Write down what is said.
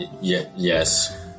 Yes